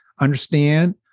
understand